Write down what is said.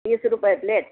तीस रुपये प्लेट